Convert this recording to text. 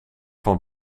van